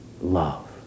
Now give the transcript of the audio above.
love